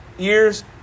ears